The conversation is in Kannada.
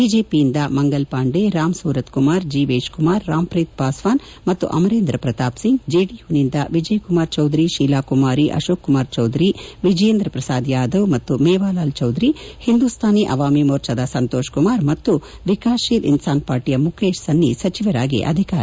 ಬಿಜೆಪಿಯಿಂದ ಮಂಗಲ್ಪಾಂಡೆ ರಾಮ್ಸೂರತ್ಕುಮಾರ್ ಜೀವೇಶ್ಕುಮಾರ್ ರಾಮ್ಪ್ರೀತ್ ಪಾಸ್ನಾನ್ ಮತ್ತು ಅಮರೇಂದ್ರ ಪ್ರತಾಪ್ ಸಿಂಗ್ ಚೆಡಿಯುನಿಂದ ವಿಜಯಕುಮಾರ್ ಚೌಧರಿ ಶೀಲಾಕುಮಾರಿ ಅಶೋಕ್ಕುಮಾರ್ ಚೌಧರಿ ವಿಜಯೇಂದ್ರ ಪ್ರಸಾದ್ ಯಾದವ್ ಮತ್ತು ಮೇವಾಲಾಲ್ ಚೌಧರಿ ಹಿಂದೂಸ್ತಾನ್ ಅವಾಮಿ ಮೋರ್ಚದ ಸಂತೋಷ್ಕುಮಾರ್ ಮತ್ತು ವಿಕಾಸ್ಶೀಲ್ ಇನ್ನಾನ್ ಪಾರ್ಟಿಯ ಮುಖೇಶ್ ಸನ್ನಿ ಸಚಿವರಾಗಿ ಅಧಿಕಾರ ಸ್ನೀಕಾರ ಮಾಡಿದ್ದಾರೆ